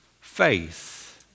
faith